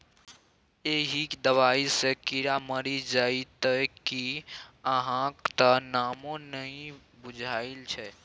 एहि दबाई सँ कीड़ा मरि जाइत कि अहाँक त नामो नहि बुझल छै